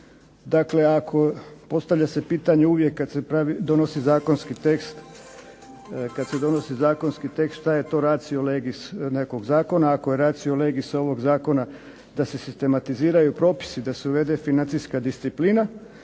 Dakle ako postavlja se pitanje uvijek kad se pravi, donosi zakonski tekst šta je to racio legis nekog zakona. Ako je racio legis ovog zakona da se sistematiziraju propisi, da se uvede financijska disciplina